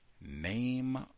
name